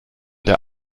der